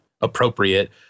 appropriate